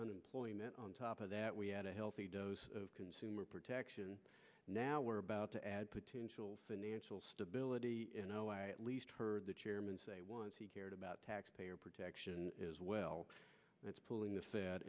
unemployment on top of that we had a healthy dose of consumer protection now we're about to add potential financial stability at least heard the chairman say once he cared about taxpayer protection as well that's pulling the f